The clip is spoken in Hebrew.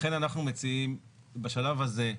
לכן אנחנו מציעים בשלב הזה,